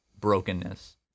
brokenness